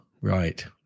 right